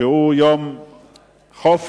שהוא יום חופש